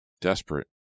Desperate